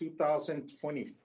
2024